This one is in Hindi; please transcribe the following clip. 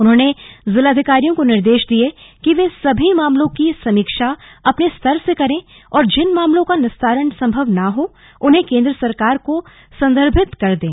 उन्होंने जिलाधिकारियों को निर्देश दिये कि वे सभी मामलों की समीक्षा अपने स्तर से करें और जिन मामलो का निस्तारण सम्भव न हो उन्हें केंद्र सरकार को सन्दर्भित कर दें